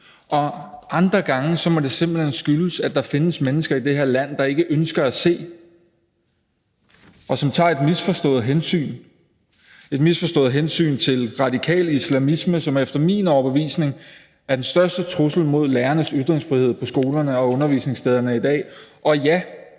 andre gange må det simpelt hen skyldes, at der findes mennesker i det her land, der ikke ønsker at se, og som tager et misforstået hensyn – et misforstået hensyn til radikal islamisme, som efter min overbevisning er den største trussel mod lærernes ytringsfrihed på skolerne og undervisningsstederne i dag.